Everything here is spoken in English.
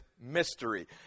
mystery